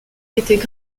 étaient